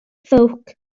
ffowc